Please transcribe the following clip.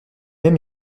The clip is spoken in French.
même